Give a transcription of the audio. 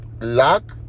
luck